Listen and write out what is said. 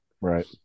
Right